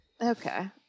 Okay